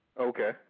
Okay